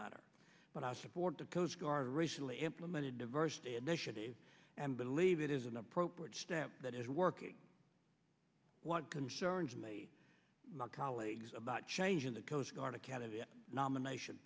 matter but i support the coast guard recently implemented diversity initiatives and believe it is an appropriate step that is working what concerns me my colleagues about changing the coast guard academy nomination